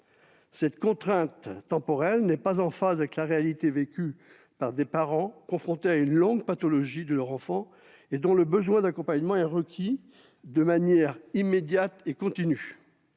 Cette contrainte temporelle n'est pas en phase avec la réalité vécue par des parents confrontés à une longue pathologie de leur enfant et dont le besoin d'accompagnement est requis de manière immédiate et continue.